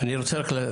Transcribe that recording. אני רק רוצה לסייע,